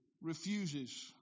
Refuses